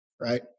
right